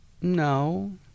no